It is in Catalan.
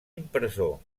impressor